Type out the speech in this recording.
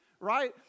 right